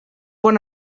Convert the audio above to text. one